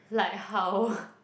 like how